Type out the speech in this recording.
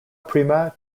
prima